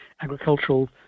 agricultural